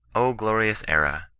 o glorious era,